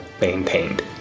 maintained